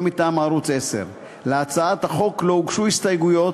מטעם ערוץ 10. להצעת החוק לא הוגשו הסתייגויות.